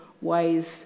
ways